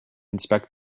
inspect